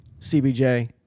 CBJ